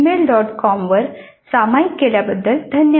com वर सामायिक केल्याबद्दल धन्यवाद